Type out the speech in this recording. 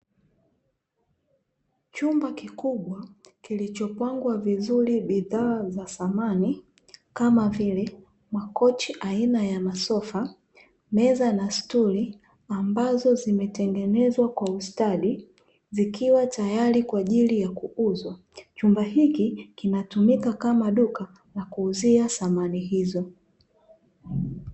Chumba kikubwa kilichopangwa vizuri bidhaa za samani kama vile makochi aina ya masofa, meza na stuli ambazo zimetengenezwa kwa ustadi zikiwa tayari kwa ajili ya kuuzwa, chumba hiki kinatumika kama duka la kuuzia samani hizo.